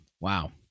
Wow